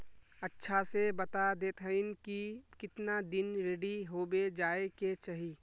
अच्छा से बता देतहिन की कीतना दिन रेडी होबे जाय के चही?